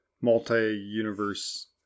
multi-universe